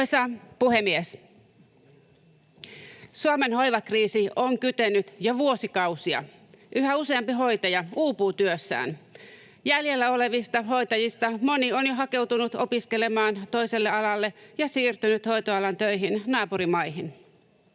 Suomen hoivakriisi on kytenyt jo vuosikausia, yhä useampi hoitaja uupuu työssään. Jäljellä olevista hoitajista moni on jo hakeutunut opiskelemaan toiselle alalle tai siirtynyt hoitoalan töihin naapurimaihin.